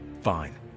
Fine